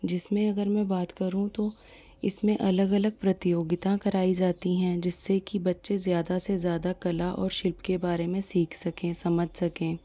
जिसमें अगर मैं बात करूँ तो इसमें अलग अलग प्रतियोगिता कराई जाती हैं जिस्से कि बच्चे ज़्यादा से ज़्यादा कला और शिल्प के बारे में सीख सकें समझ सकें